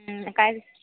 क काई